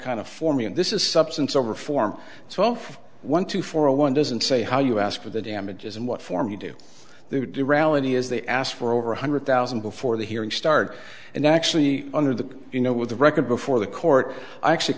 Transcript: kind of for me and this is substance over form twelve one two for one doesn't say how you ask for the damages and what form you do who do rally is they asked for over one hundred thousand before the hearing start and actually under the you know with the record before the court actually